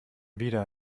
wieder